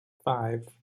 five